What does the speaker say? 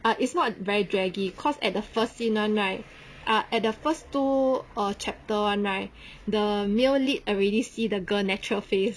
ah is not very draggy cause at the first scence [one] right ah at the first two err chapter [one] right the male lead already see the girl natural face